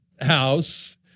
house